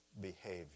behavior